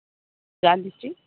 Gandhi street